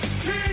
team